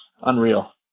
unreal